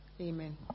Amen